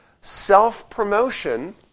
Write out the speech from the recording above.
self-promotion